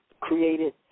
created